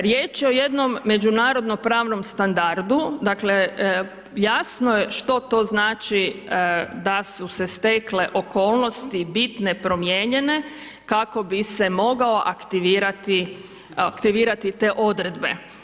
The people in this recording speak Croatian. Riječ je o jednom međunarodno pravnom standardu, dakle jasno je što to znači da su se stekle okolnosti bitne promijenjene kako bi se mogao aktivirati, aktivirati te odredbe.